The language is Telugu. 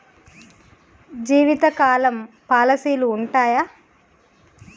జీవితకాలం పాలసీలు ఉంటయా?